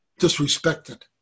disrespected